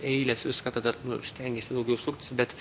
eilės viską kada nu stengiesi daugiau suktis bet